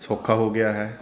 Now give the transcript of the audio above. ਸੌਖਾ ਹੋ ਗਿਆ ਹੈ